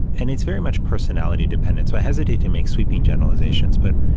and it's very much personality dependent, so i hesitate to make sweeping generalizations, but,